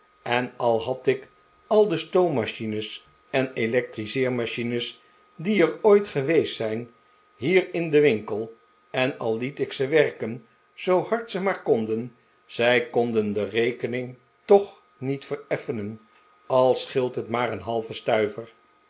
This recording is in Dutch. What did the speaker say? en al had ik al de stoommachines en electriseermachines die er ooit geweest zijn hier in den winkel en al liet ik ze werken zoo hard ze maar konden zij konden de rekening toch niet vereffenen al scheelt het maar een halven stuiver